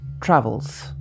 travels